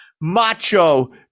macho